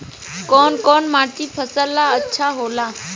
कौन कौनमाटी फसल ला अच्छा होला?